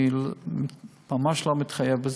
ואני ממש לא מתחייב,